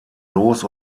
los